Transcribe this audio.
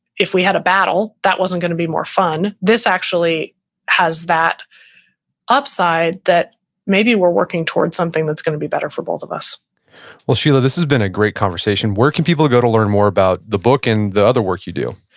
if we had a battle that wasn't going to be more fun. this actually has that upside that maybe we're working towards something that's going to be better for both of us well, sheila, this has been a great conversation. where can people go to learn more about the book and the other work you do?